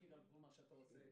מוקיר את כל מה שאתה עושה,